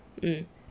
mm